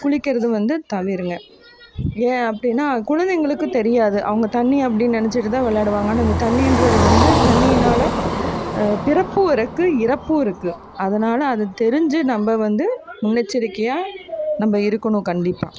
குளிக்கிறது வந்து தவிருங்க ஏன் அப்படின்னா குழந்தைங்களுக்கு தெரியாது அவங்க தண்ணி அப்படின்னு நெனைச்சிட்டுதான் விளாடுவாங்க ஆனால் அந்த தண்ணின்றது வந்து தண்ணியினால் பிறப்பும் இருக்குது இறப்பும் இருக்குது அதனால் அது தெரிஞ்சு நம்ம வந்து முன்னெச்சரிக்கையாக நம்ம இருக்கணும் கண்டிப்பாக